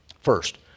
First